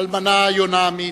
האלמנה יונה עמית,